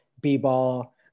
b-ball